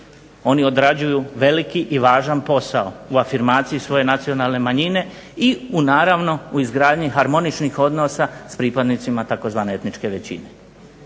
Oni odrađuju veliki i važan posao u afirmaciji svoje nacionalne manjine i u naravno izgradnji harmoničnih odnosa s pripadnicima tzv. etničke većine.